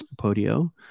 Podio